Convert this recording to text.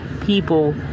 people